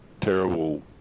terrible